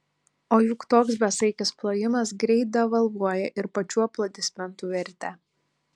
o juk toks besaikis plojimas greit devalvuoja ir pačių aplodismentų vertę